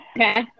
Okay